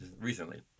recently